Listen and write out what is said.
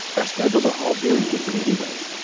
our schedules are all very different anyways.